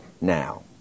now